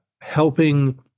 helping